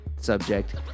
subject